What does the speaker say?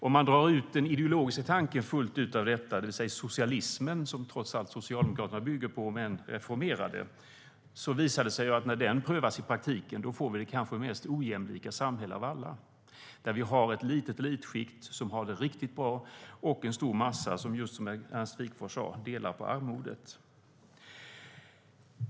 Om man drar ut den ideologiska tanken av detta, alltså socialismen, som Socialdemokraterna trots allt bygger på om än i reformerad form, visar det sig att när den prövas i praktiken får vi det kanske ojämlikaste samhället av alla. Där finns det ett litet elitskikt som har det riktigt bra och en stor massa son, just som Ernst Wigforss sade, delar på armodet.